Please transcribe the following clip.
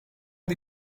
the